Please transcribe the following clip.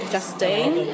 Justine